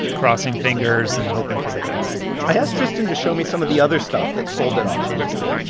crossing fingers and hoping for the best i asked tristan to show me some of the other stuff that's sold at auction lately.